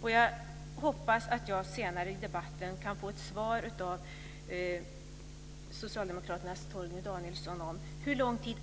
Och jag hoppas att jag senare i debatten kan få ett svar av socialdemokraternas Torgny Danielsson på hur lång tid